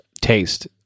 taste